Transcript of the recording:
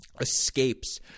escapes